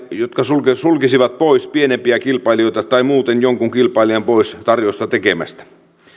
jotka sulkisivat pois pienempiä kilpailijoita tai muuten jonkun kilpailijan pois tarjousta tekemästä